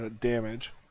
damage